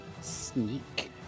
sneak